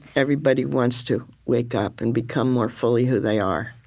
everybody wants to wake up and become more fully who they are.